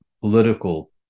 political